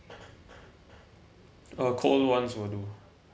uh cold [one] will do